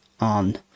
on